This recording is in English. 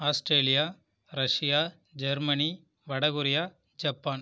Australia Russia Germany North Korea Japan